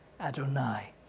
Adonai